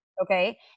Okay